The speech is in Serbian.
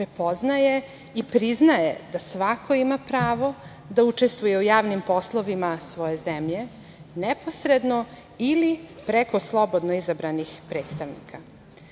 prepoznaje i priznaje da svako ima pravo da učestvuje u javnim poslovima svoje zemlje, neposredno ili preko slobodno izabranih predstavnika. Povezivanje